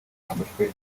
hafashwe